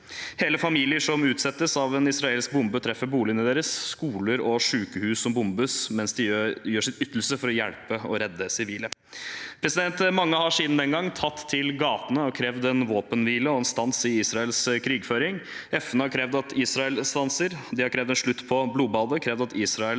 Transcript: hele familier som utslettes av en israelsk bombe som treffer boligene deres, skoler og sykehus som bombes mens folk gjør sitt ytterste for å hjelpe og redde sivile. Mange har siden den gang tatt til gatene og krevd en våpenhvile og en stans i Israels krigføring. FN har krevd at Israel stanser. De har krevd en slutt på blodbadet, krevd at Israel